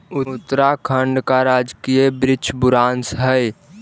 उत्तराखंड का राजकीय वृक्ष बुरांश हई